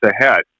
ahead